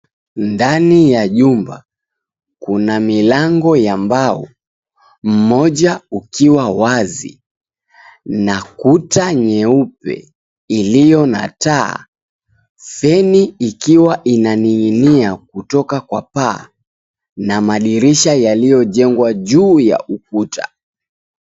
Ndani ya jumba. Kuna milango ya mbao. Mmoja ukiwa wazi na kuta nyeupe iliyo na taa. Feni ikiwa inanig'inia kutoka kwa paa na madirisha yaliyojengwa juu ya ukuta.